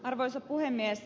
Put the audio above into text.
arvoisa puhemies